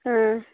ꯑꯥ